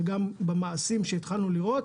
וגם במעשים שהתחלנו לראות,